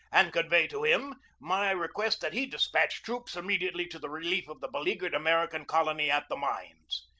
and convey to him my request that he despatch troops immediately to the relief of the beleaguered american colony at the mines.